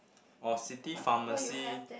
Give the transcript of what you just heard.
oh city pharmacy